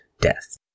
death